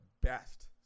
best